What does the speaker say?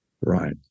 Right